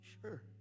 Sure